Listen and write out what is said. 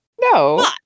No